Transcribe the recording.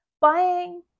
buying